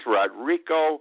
Rodrigo